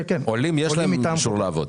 עולים יש להם אישור לעבוד.